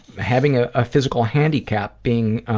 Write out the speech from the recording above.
having a ah physical handicap, being